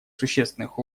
существенных